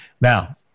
Now